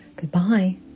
Goodbye